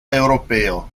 europeo